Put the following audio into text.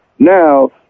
Now